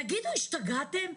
תגידו, השתגעתם?